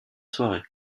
soirée